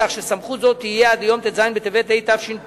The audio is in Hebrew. כך שסמכות זו תהיה עד ליום ט"ז בטבת התשפ"א,